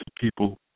people